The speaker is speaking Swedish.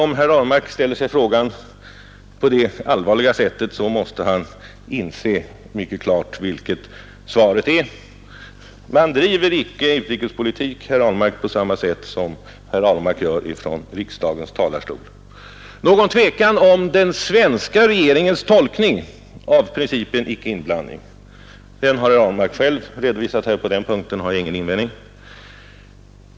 Om herr Ahlmark ställer sig frågan på det allvarliga sättet, så tror jag att han måste inse mycket klart vilket svaret är. Man driver icke utrikespolitik, herr Ahlmark, på samma sätt som herr Ahlmark gör från riksdagens talarstol. Herr Ahlmark har själv redovisat att det inte råder någon tvekan beträffande den svenska regeringens tolkning av principen om icke-inblandning, och på den punkten har jag ingen invändning.